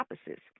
opposites